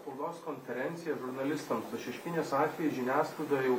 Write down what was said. spaudos konferencija žurnalistams o šeškinės atvejis žiniasklaidoj jau